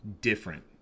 different